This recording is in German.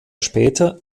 später